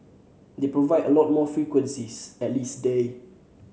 they provide a lot more frequencies at least day